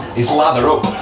is lather up.